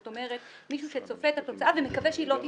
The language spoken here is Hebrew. זאת אומרת מישהו שצופה את התוצאה ומקווה שהיא לא תתרחש.